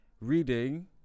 reading